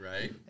Right